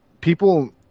people